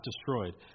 destroyed